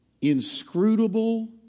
inscrutable